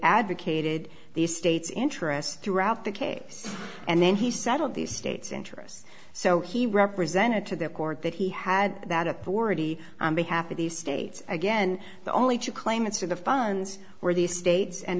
advocated the state's interests throughout the case and then he settled the state's interests so he represented to the court that he had that authority on behalf of these states again the only two claimants for the funds were the states and